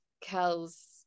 Kel's